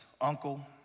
uncle